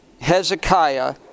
Hezekiah